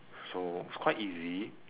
so it's quite easy